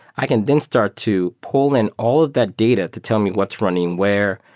i can then start to pull in all of that data to tell me what's running where,